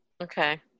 okay